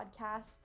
Podcasts